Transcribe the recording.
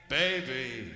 baby